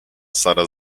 sara